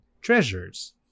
treasures